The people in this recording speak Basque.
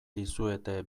dizuete